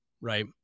Right